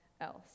else